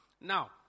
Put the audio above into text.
now